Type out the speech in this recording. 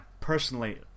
personally